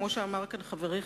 כמו שאמר כאן חברי,